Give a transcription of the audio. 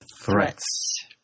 Threats